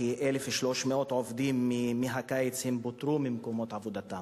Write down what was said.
כ-1,300 עובדים פוטרו מאז הקיץ ממקומות עבודתם,